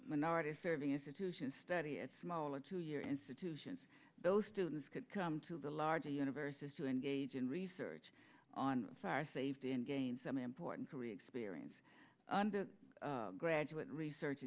minority serving institutions study at smaller two year institutions those students could come to the larger universes to engage in research on fire saved in gain some important career experience under the graduate research